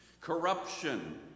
Corruption